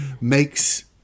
makes